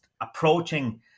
approaching